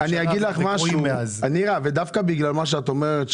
הטבות המס אמורות להיות נגזרות מאזורי עדיפות מסוימים,